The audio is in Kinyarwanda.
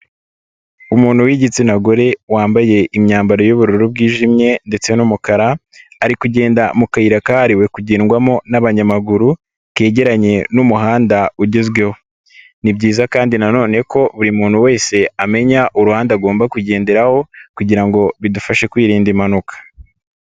Umuntu w'igitsina gore wambaye imyambaro y'ubururu bwijimye ndetse n'umukara, ari kugenda mu kayira kahariwe kugendwamo n'abanyamaguru kegeranye n'umuhanda ugezweho. Ni byiza kandi nanone ko buri muntu wese amenya uruhande agomba kugenderaho kugira ngo bidufashe kwirinda impanuka.